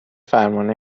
فرمان